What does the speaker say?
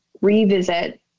revisit